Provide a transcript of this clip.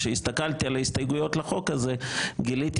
כשהסתכלתי על ההסתייגויות לחוק הזה גיליתי